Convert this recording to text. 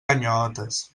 ganyotes